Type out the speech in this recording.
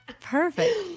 Perfect